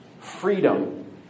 freedom